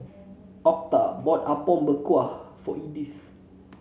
Octa bought Apom Berkuah for Edyth